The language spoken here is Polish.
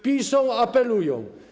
Piszą, apelują.